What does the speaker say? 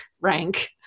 rank